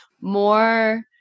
more